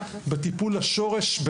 בטיפול השורש,